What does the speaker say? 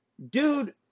Dude